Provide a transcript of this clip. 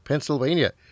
Pennsylvania